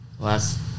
Last